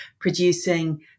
producing